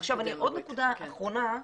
עכשיו עוד נקודה אחרונה.